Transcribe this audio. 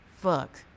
fuck